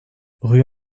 rue